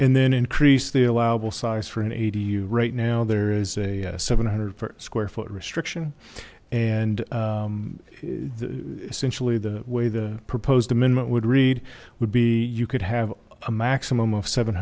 and then increase the allowable size for an ad you right now there is a seven hundred square foot restriction and essentially the way the proposed amendment would read would be you could have a maximum of seven